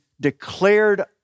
declared